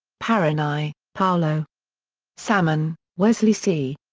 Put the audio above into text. parrini, paolo salmon, wesley c.